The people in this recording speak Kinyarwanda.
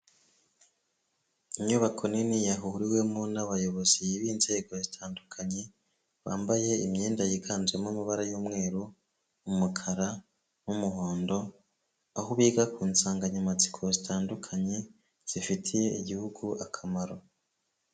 Inyubako nini yahuriwemo n'abayobozi b'inzego zitandukanye, bambaye imyenda yiganjemo amabara y'umweru, umukara n'umuhondo, aho biga ku nsanganyamatsiko zitandukanye, zifitiye igihugu akamaro.